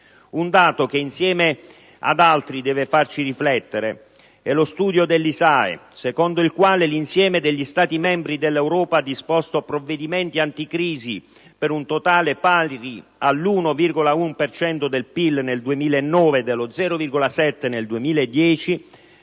Un dato che, insieme ad altri, deve farci riflettere è lo studio dell'ISAE, secondo il quale l'insieme degli Stati membri dell'Europa ha disposto provvedimenti anticrisi per un totale pari all'1,1 per cento del PIL nel 2009 e allo 0,7 per cento